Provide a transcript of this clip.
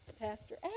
Pastor